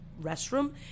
restroom